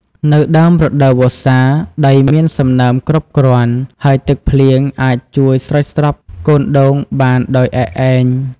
នៅដើមរដូវវស្សា ដីមានសំណើមគ្រប់គ្រាន់ ហើយទឹកភ្លៀងអាចជួយស្រោចស្រពកូនដូងបានដោយឯកឯង។